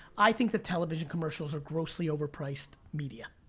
i think that television commercials are grossly overpriced media.